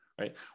right